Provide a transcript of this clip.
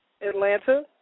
Atlanta